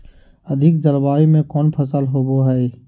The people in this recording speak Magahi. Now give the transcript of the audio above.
अधिक जलवायु में कौन फसल होबो है?